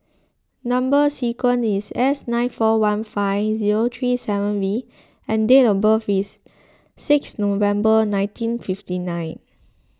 Number Sequence is S nine four one five zero three seven V and date of birth is six November nineteen fifty nine